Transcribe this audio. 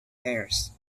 hairs